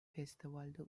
festivalde